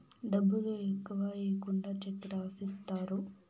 డబ్బులు ఎక్కువ ఈకుండా చెక్ రాసిత్తారు